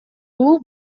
бул